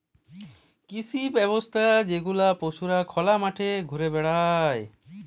কৃষি ব্যবস্থা যেখালে পশুরা খলা মাঠে ঘুরে বেড়ায়